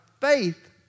faith